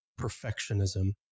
perfectionism